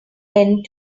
end